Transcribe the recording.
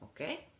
Okay